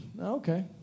Okay